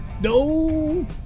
No